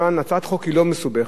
הצעת החוק היא לא מסובכת,